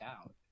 out